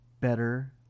better